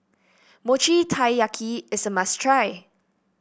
Mochi Taiyaki is a must try